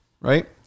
Right